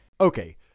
Okay